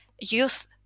youth